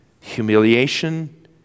humiliation